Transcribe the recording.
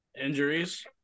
Injuries